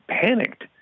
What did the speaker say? panicked